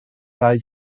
ddau